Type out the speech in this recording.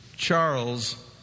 Charles